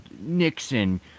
Nixon